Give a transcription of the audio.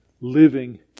living